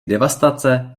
devastace